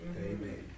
amen